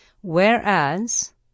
Whereas